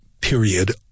period